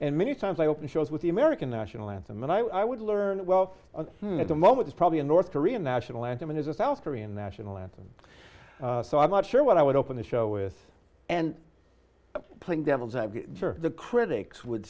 and many times i opened shows with the american national anthem and i would learn it well at the moment is probably a north korean national anthem and is a south korean national anthem so i'm not sure what i would open the show with and playing devil's advocate for the critics would